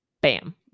bam